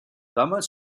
damals